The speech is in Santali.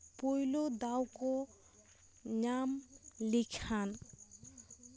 ᱯᱳᱭᱞᱳ ᱫᱟᱣ ᱠᱚ ᱧᱟᱢ ᱞᱮᱠᱷᱟᱱ